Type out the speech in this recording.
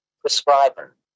prescriber